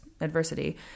adversity